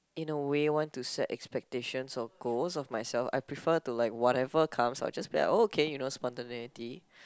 in a way want to set expectations or goals of myself I prefer to like whatever comes I'll just be like oh okay you know spontaneity